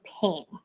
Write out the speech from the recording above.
pain